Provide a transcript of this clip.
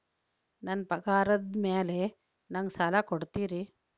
ನನ್ನ ಪಗಾರದ್ ಮೇಲೆ ನಂಗ ಸಾಲ ಕೊಡ್ತೇರಿ?